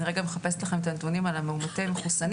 אני רגע מחפשת לכם את הנתונים על המאומתים המחוסנים.